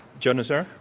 joe nocera?